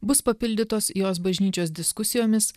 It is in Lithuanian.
bus papildytos jos bažnyčios diskusijomis